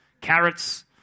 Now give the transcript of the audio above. carrots